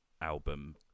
album